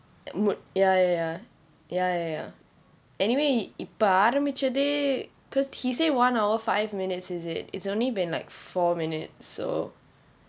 it would ya ya ya ya ya anyway இப்போ ஆரம்பிச்சு:ippo aarambichu because he say one hour five minutes is it is only been like four minutes so